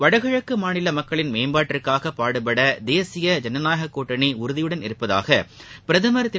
வடகிழக்கு மாநில மக்களின் மேம்பாட்டிற்காக பாடுபட தேசிய ஜனநாயக கூட்டணி உறுதியுடன் இருப்பதாக பிரதமர் திரு